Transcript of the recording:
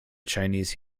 chinese